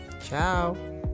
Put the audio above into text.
Ciao